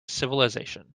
civilisation